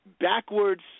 backwards